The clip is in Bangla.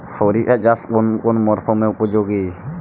সরিষা চাষ কোন মরশুমে উপযোগী?